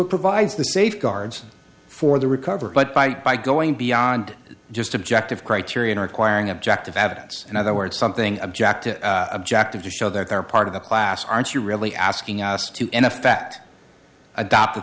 it provides the safeguards for the recovery but by by going beyond just objective criterion our quire an objective evidence and other words something objective objective to show that they're part of the class aren't you really asking us to in effect adopt